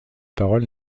paroles